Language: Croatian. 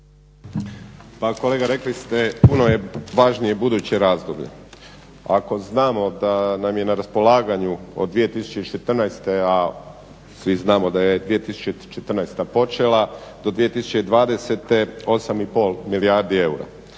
Pa kolega, rekli ste puno je važnije buduće razdoblje. Ako znamo da nam je na raspolaganju od 2014., a svi znamo da je 2014. počela, do 2020. 8,5 milijardi eura.